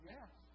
Yes